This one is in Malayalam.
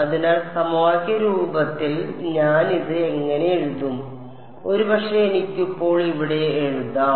അതിനാൽ സമവാക്യ രൂപത്തിൽ ഞാനിത് എങ്ങനെ എഴുതും ഒരുപക്ഷേ എനിക്കിപ്പോൾ ഇവിടെ എഴുതാം